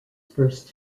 first